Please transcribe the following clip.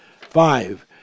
Five